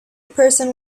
person